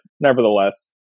nevertheless